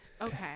Okay